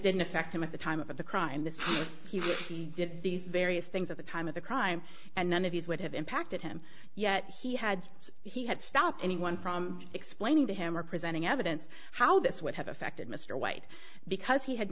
didn't affect him at the time of the crime that he did these various things at the time of the crime and none of these would have impacted him yet he had he had stopped anyone from explaining to him or presenting evidence how this would have affected mr white because he had